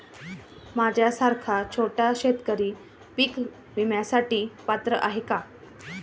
माझ्यासारखा छोटा शेतकरी पीक विम्यासाठी पात्र आहे का?